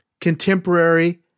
contemporary